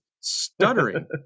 stuttering